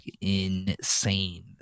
insane